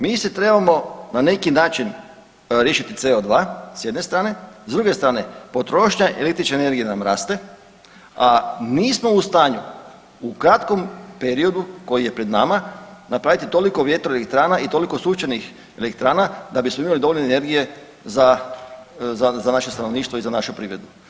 Mi se trebamo na neki način riješiti CO2 s jedne strane, s druge strane potrošnja električne energije nam raste, a nismo u stanju u kratkom periodu koji je pred nama napraviti toliko vjetroelektrana i toliko sunčanih elektrana da bismo imali dovoljno energije za, za naše stanovništvo i za našu privredu.